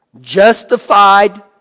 justified